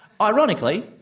Ironically